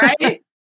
Right